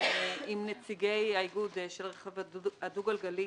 עם נציגי האיגוד של הרכב הדו גלגלי,